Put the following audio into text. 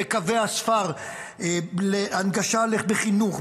בקווי הספר של חינוך,